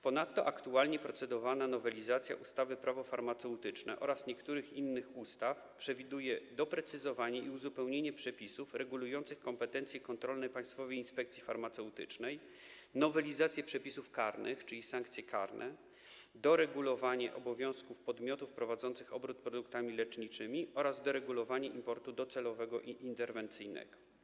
Ponadto aktualnie procedowana nowelizacja ustawy Prawo farmaceutyczne oraz niektórych innych ustaw przewiduje doprecyzowanie i uzupełnienie przepisów regulujących kompetencje kontrolne Państwowej Inspekcji Farmaceutycznej, nowelizację przepisów karnych, czyli sankcje karne, doregulowanie kwestii obowiązków podmiotów prowadzących obrót produktami leczniczymi oraz importu docelowego i interwencyjnego.